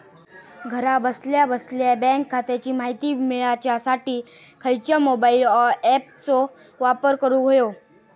घरा बसल्या बसल्या बँक खात्याची माहिती मिळाच्यासाठी खायच्या मोबाईल ॲपाचो वापर करूक होयो?